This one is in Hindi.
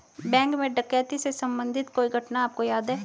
बैंक में डकैती से संबंधित कोई घटना आपको याद है?